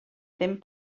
ddim